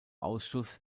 ausschuss